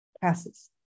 passes